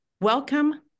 welcome